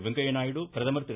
வெங்கைய நாயுடு பிரதமர்திரு